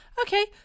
Okay